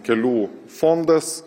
kelių fondas